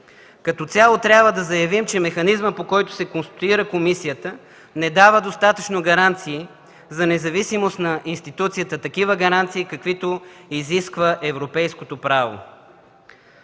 Като цяло трябва да заявим, че механизмът, по който се конституира комисията, не дава достатъчно гаранции за независимост на институцията – такива гаранции, каквито изисква европейското право.